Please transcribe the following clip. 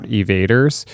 evaders